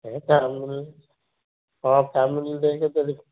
ହେ time ମିଳୁନି ହଁ time ମିଳିଲେ ଯାଇକି